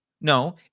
no